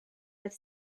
oedd